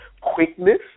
quickness